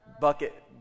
bucket